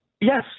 Yes